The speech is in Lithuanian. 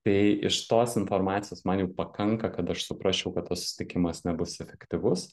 tai iš tos informacijos man jau pakanka kad aš suprasčiau kad tas susitikimas nebus efektyvus